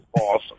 awesome